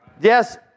Yes